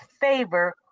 favor